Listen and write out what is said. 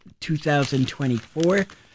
2024